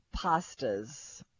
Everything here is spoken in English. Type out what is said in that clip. pastas